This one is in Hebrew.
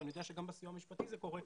ואני יודע שגם בסיוע המשפטי זה קורה,